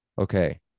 Okay